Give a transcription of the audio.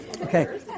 Okay